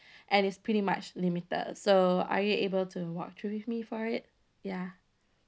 and it's pretty much limited uh so are you able to walk through with me for it